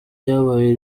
ryabaye